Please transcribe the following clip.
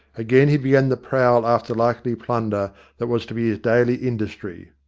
again he began the prowl after likely plunder that was to be his daily industry.